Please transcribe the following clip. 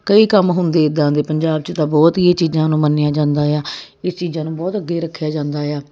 ਕਈ ਕੰਮ ਹੁੰਦੇ ਇੱਦਾਂ ਦੇ ਪੰਜਾਬ 'ਚ ਤਾਂ ਬਹੁਤ ਹੀ ਇਹ ਚੀਜ਼ਾਂ ਨੂੰ ਮੰਨਿਆ ਜਾਂਦਾ ਆ ਇਹ ਚੀਜ਼ਾਂ ਨੂੰ ਬਹੁਤ ਅੱਗੇ ਰੱਖਿਆ ਜਾਂਦਾ ਆ